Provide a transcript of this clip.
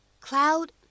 cloud